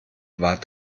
war